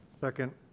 Second